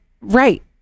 right